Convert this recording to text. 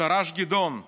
תר"ש גדעון נגמר.